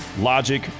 logic